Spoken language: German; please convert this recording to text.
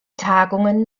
tagungen